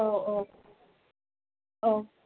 औ औ औ